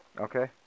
Okay